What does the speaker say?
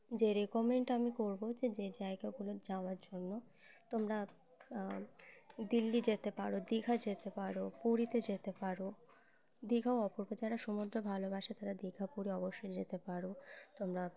যে রেকমেন্ড আমি করবো যে যে জায়গাগুলো যাওয়ার জন্য তোমরা দিল্লি যেতে পারো দীঘা যেতে পারো পুরীতে যেতে পারো দীঘা অপুর্ব যারা সমুদ্র ভালোবাসে তারা দীঘা পুরী অবশ্যই যেতে পারো তোমরা